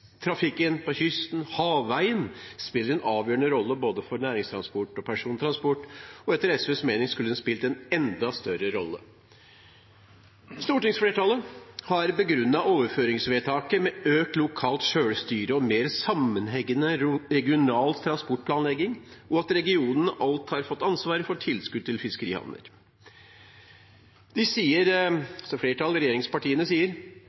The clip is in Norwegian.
Trafikken på kysten, havveien, spiller en avgjørende rolle for både næringstransport og persontransport, og etter SVs mening skulle den spilt en enda større rolle. Stortingsflertallet har begrunnet overføringsvedtaket med økt lokalt selvstyre og mer sammenhengende regional transportplanlegging og at regionene alt har fått ansvaret for tilskudd til fiskerihavner. Flertallet, regjeringspartiene, sier